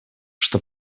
что